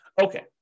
Okay